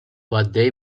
għaddej